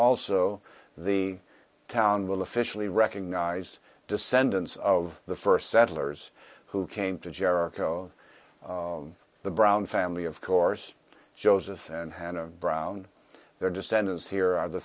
also the town will officially recognized descendants of the first settlers who came to jericho the brown family of course joseph and hannah brown their descendants here